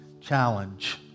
Challenge